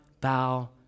bow